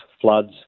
floods